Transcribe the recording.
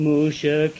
Musha